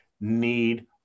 need